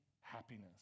happiness